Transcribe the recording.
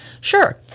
Sure